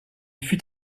fut